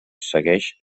segueix